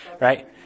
right